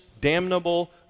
damnable